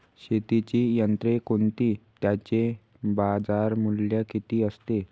शेतीची यंत्रे कोणती? त्याचे बाजारमूल्य किती असते?